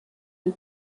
une